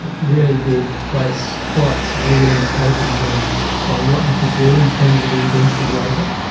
ah really did place quite severe limitations on on what you could do in terms of indentured labour.